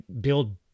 build